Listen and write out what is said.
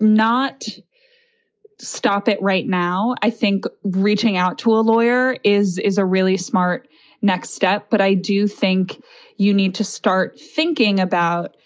not stop it right now. i think reaching out to a lawyer is is a really smart next step. but i do think you need to start thinking about